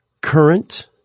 current